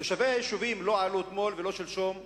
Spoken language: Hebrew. תושבי היישובים לא עלו אתמול ולא שלשום לנגב.